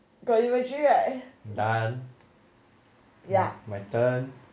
got you agree right ya